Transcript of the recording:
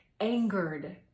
angered